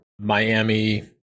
Miami